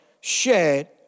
shed